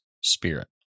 Spirit